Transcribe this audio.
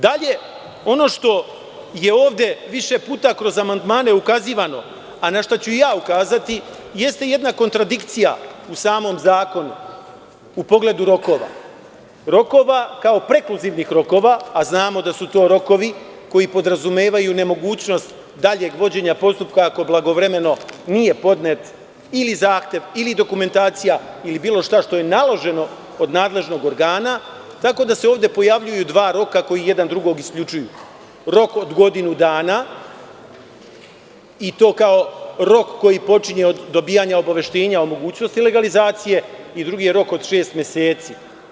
Dalje, ono što je ovde više puta kroz amandmane ukazivano, a na šta ću i ja ukazati, jeste jedna kontradikcija u samom zakonu u pogledu rokova, kao prekluzivnih rokova, a znamo da su to rokovi koji podrazumevaju nemogućnost daljeg vođenja postupka ako blagovremeno nije podnet ili zahtev ili dokumentacija ili bilo šta što je naloženo od nadležnih organa, tako da se ovde pojavljuju dva roka koji jedan drugog isključuju - rok od godinu dana, i to kao rok koji počinje od dobijanja obaveštenja o mogućnosti legalizacije i drugi je rok od šest meseci.